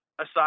aside